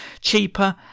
cheaper